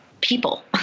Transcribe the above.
people